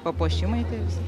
papuošimai tie visi